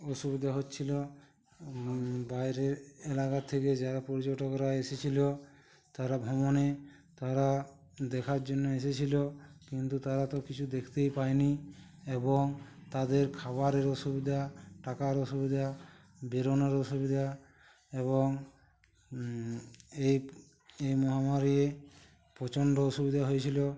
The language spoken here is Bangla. অসুবিধা হচ্ছিল বাইরের এলাকা থেকে যারা পর্যটকরা এসেছিল তারা ভ্রমণে তারা দেখার জন্য এসেছিল কিন্তু তারা তো কিছু দেখতেই পায়নি এবং তাদের খাবারের অসুবিধা টাকার অসুবিধা বেরোনোর অসুবিধা এবং এই প্ এই মহামারীয়ে প্রচণ্ড অসুবিধে হয়েছিল